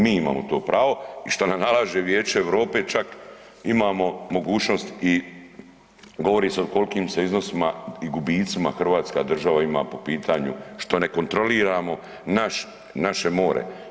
Mi imamo to pravo i što nam nalaže Vijeće Europe čak imamo mogućnost i govori se o kolkim se iznosima i gubicima hrvatska država ima po pitanju što ne kontroliramo naš, naše more.